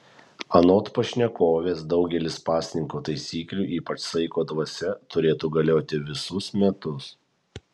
anot pašnekovės daugelis pasninko taisyklių ypač saiko dvasia turėtų galioti visus metus